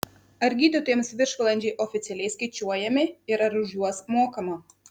ar gydytojams viršvalandžiai oficialiai skaičiuojami ir ar už juos mokama